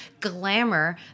glamour